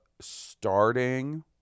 starting